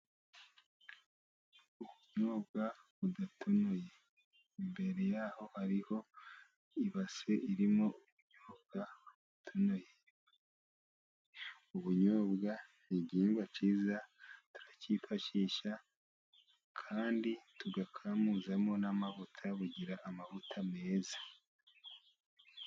Ubunyobwa budatonoye, imbere yaho hariho ibase irimo ubunyobwa butonoye. Ubunyobwa ni igihingwa cyiza turacyifashisha, kandi tugakamuzamo n'amavuta. Bugira amavuta meza.